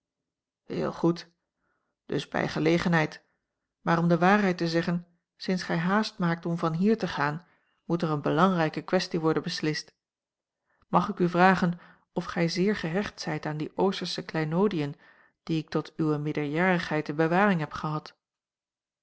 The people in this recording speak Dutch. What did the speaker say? heel goed dus bij gelegenheid maar om de waarheid te zeggen sinds gij haast maakt om van hier te gaan moet er eene belangrijke kwestie worden beslist mag ik u vragen of gij zeer gehecht zijt aan die oostersche kleinoodiën die ik tot uwe meerderjarigheid in bewaring heb gehad